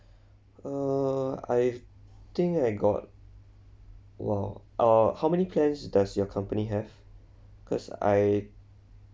err I thing I got !wow! ah how many plans does your company have cause I